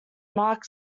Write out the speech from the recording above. mark